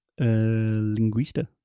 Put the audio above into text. linguista